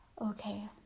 okay